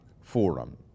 forum